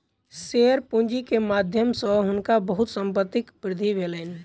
share पूंजी के माध्यम सॅ हुनका बहुत संपत्तिक वृद्धि भेलैन